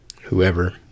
whoever